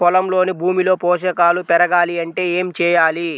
పొలంలోని భూమిలో పోషకాలు పెరగాలి అంటే ఏం చేయాలి?